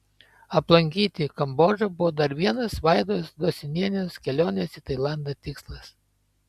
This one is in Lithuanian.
aplankyti kambodžą buvo dar vienas vaidos dosinienės kelionės į tailandą tikslas